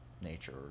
nature